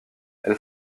elle